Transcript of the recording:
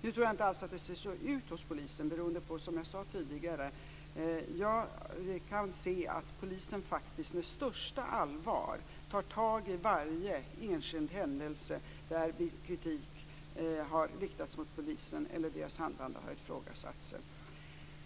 Nu tror jag inte alls att det ser ut på det sättet hos polisen beroende på, som jag sade tidigare, att jag kan se att polisen med största allvar tar tag i varje enskild händelse där kritik har riktats mot polisen eller där deras handlande har ifrågasatts.